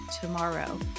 tomorrow